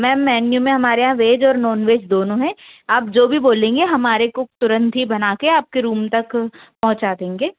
ma'am menu में हमारे यहाँ वेज और नॉन वेज दोनों हैं आप जो भी बोलेंगे हमारे कुक तुरंत ही बना के आप के रूम तक पहुंचा देंगे